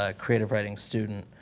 ah creative writing student,